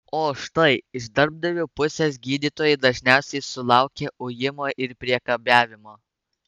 o štai iš darbdavių pusės gydytojai dažniausiai sulaukia ujimo ir priekabiavimo